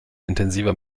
intensiver